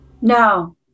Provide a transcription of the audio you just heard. No